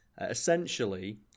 essentially